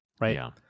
right